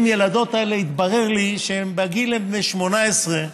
והילדות האלה התברר לי שבגיל הם בני 18,